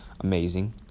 amazing